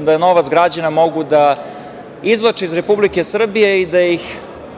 da novac građana mogu izvlače iz Republike Srbije i da ga